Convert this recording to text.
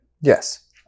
Yes